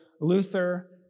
Luther